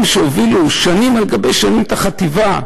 הם שהובילו שנים אחר שנים את החטיבה.